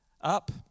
up